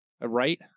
Right